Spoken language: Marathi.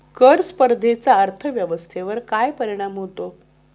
कर स्पर्धेचा अर्थव्यवस्थेवर काय परिणाम होतो?